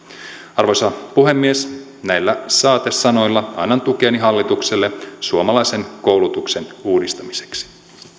arvoisa puhemies näillä saatesanoilla annan tukeni hallitukselle suomalaisen koulutuksen uudistamiseksi